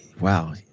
Wow